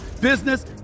business